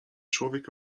człowiek